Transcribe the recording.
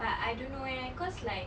but I don't know eh cause like